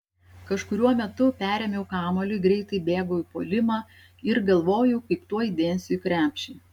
kažkuriuo metu perėmiau kamuolį greitai bėgau į puolimą ir galvojau kaip tuoj dėsiu į krepšį